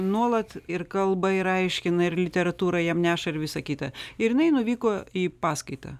nuolat ir kalba ir aiškina ir literatūrą jam neša ir visa kita ir jinai nuvyko į paskaitą